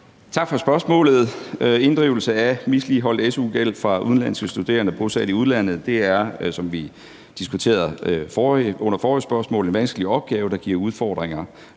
Tak for spørgsmålet. Inddrivelse af misligholdt su-gæld fra udenlandske studerende bosat i udlandet er, som vi diskuterede under forrige spørgsmål, en vanskelig opgave, der giver udfordringer,